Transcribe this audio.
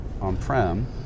on-prem